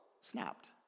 snapped